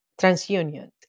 TransUnion